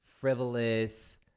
frivolous